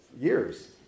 years